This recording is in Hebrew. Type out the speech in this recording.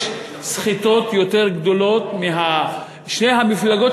יש סחיטות יותר גדולות משל שתי המפלגות,